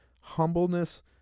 humbleness